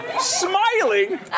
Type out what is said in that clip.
smiling